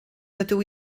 dydw